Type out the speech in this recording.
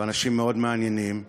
ואנשים מעניינים מאוד,